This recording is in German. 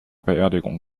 beerdigung